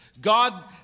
God